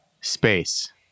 space